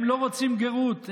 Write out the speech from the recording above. הם לא רוצים גרות,